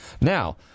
Now